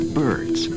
birds